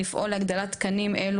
על מנת לפעול להגדלת כמות התקנים ותקצובם.